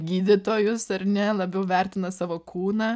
gydytojus ar ne labiau vertina savo kūną